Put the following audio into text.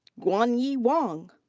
guanyi wang.